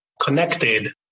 connected